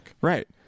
Right